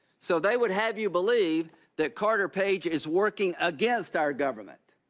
so they would have you believe that carter page is working against our government,